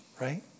right